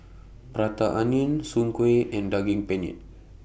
Prata Onion Soon Kueh and Daging Penyet